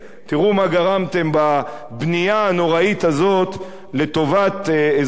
תראו מה גרמתם בבנייה הנוראית הזאת לטובת אזרחי